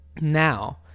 Now